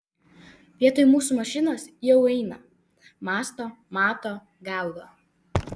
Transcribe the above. vietoj mūsų mašinos jau eina mąsto mato gaudo